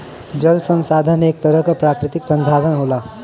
जल संसाधन एक तरह क प्राकृतिक संसाधन होला